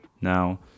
Now